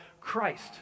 Christ